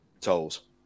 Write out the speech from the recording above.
tolls